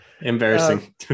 embarrassing